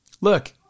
look